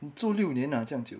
你住六年啊这样久